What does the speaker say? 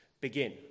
begin